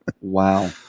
Wow